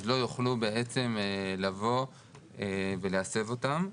אז לא יוכלו בעצם לבוא ולהסב אותם.